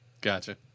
Gotcha